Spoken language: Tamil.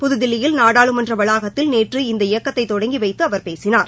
புதுதில்லியில் நாடாளுமன்ற வளாகத்தில் நேற்று இந்த இயக்கத்தை தொடங்கி வைத்து அவர் பேசினார்